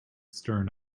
stern